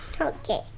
Okay